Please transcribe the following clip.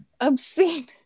obscene